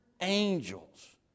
angels